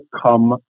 come